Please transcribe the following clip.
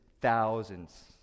thousands